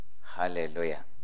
Hallelujah